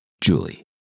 Julie